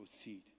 proceed